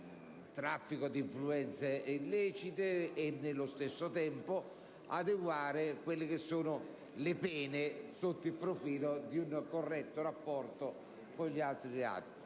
(traffico di influenze illecite) e nello stesso tempo adeguare le pene sotto il profilo di un corretto rapporto con gli altri reati.